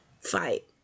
fight